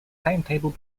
timetable